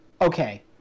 okay